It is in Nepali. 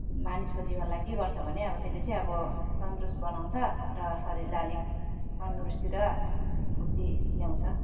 मानिसको जीवनलाई के गर्छ भने अब त्यसले चाहिँ अब तन्दुरुस्त बनाउँछ र शरीरलाई अलिक तन्दुरुस्ती र फुर्ति ल्याउँछ